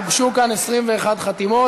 הוגשו כאן 21 חתימות,